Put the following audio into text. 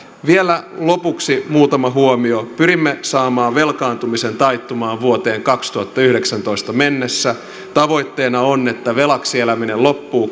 vielä lopuksi muutama huomio pyrimme saamaan velkaantumisen taittumaan vuoteen kaksituhattayhdeksäntoista mennessä tavoitteena on että velaksi eläminen loppuu